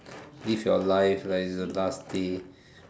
live your life like it's the last day